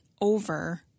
over